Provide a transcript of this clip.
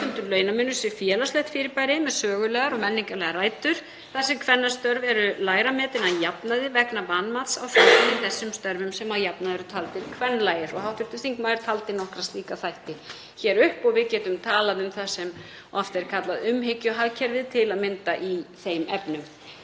kynbundinn launamunur sé félagslegt fyrirbæri með sögulegar og menningarlegar rætur þar sem kvennastörf eru lægra metin að jafnaði vegna vanmats á þáttum í þessum störfum sem að jafnaði eru taldir kvenlægir. Hv. þingmaður taldi upp nokkra slíka þætti hér og við getum talað um það sem oft er kallað umhyggjuhagkerfið, til að mynda, í þeim efnum.